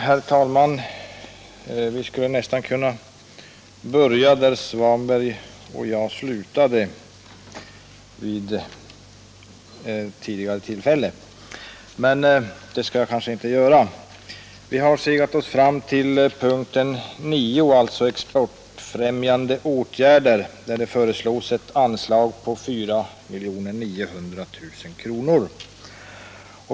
Herr talman! Jag skulle nästan kunna börja där herr Svanberg och jag slutade tidigare i dag. Men det skall jag kanske inte göra. Vi har segat oss fram till punkten 9, som handlar om exportfrämjande åtgärder och där det föreslås ett anslag på 4 900 000 kronor.